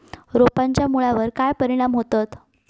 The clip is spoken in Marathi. रोपांच्या मुळावर काय परिणाम होतत?